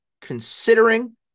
considering